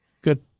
Good